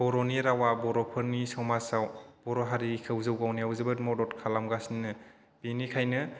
बर'नि रावा बर'फोरनि समाजाव बर' हारिखौ जौगानायाव जोबोद मदद खालामगासिनो बेनिखायनो